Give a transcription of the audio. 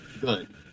good